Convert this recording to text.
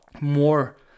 more